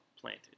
planted